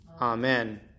Amen